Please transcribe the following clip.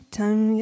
time